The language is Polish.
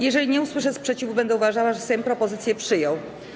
Jeżeli nie usłyszę sprzeciwu, będę uważała, że Sejm propozycję przyjął.